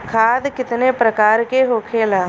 खाद कितने प्रकार के होखेला?